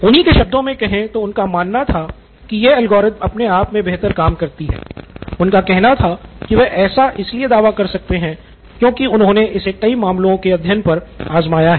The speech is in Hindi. उन्ही के शब्दों मे कहे तो उनका मानना था की यह एल्गोरिथ्म अपने आप में बेहतर काम करती है उनका कहना था की वह ऐसा इसलिए दावा कर सकते हैं क्योंकि उन्होने इसे कई सारे मामलों के अध्ययन पर आज़माया है